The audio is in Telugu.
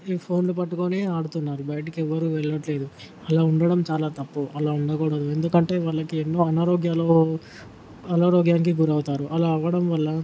ఫోన్లు పట్టుకొని ఆడుతున్నారు బయటికి ఎవరు వెళ్లట్లేదు అలా ఉండటం చాలా తప్పు అలా ఉండకూడదు ఎందుకంటే వాళ్లకి ఎన్నో అనారోగ్యాలు అనారోగ్యానికి గురవుతారు అలా అవ్వడం వల్ల